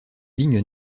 ligne